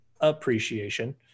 appreciation